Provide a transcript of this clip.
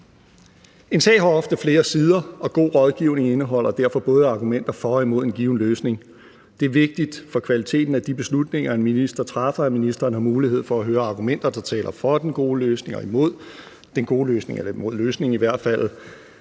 En sag har ofte flere sider, og god rådgivning indeholder derfor både argumenter for og imod en given løsning. Det er vigtigt for kvaliteten af de beslutninger, en minister træffer, at ministeren har mulighed for at høre argumenterne, der taler for den gode løsning og imod den gode løsning – eller i hvert fald